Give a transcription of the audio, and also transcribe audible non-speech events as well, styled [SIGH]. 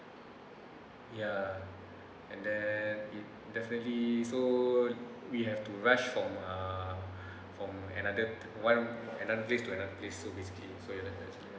ya and then it definitely so we have to rush from uh [BREATH] from another one another place to another place so basically so ya